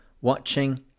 watching